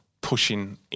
pushing